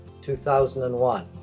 2001